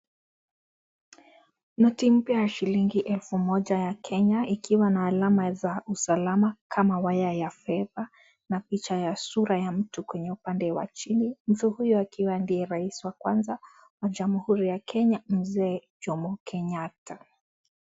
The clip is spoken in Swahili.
Noti mpya ya shilingi elfu moja ya Kenya ikiwa na alama za usalama kama waya ya fedha na picha ya sura ya mtu kwenye upande wa chini. Mtu huyo akiwa ndiye rais wa kwanza wa jamhuri ya Kenya mzee Jomo Kenyatta.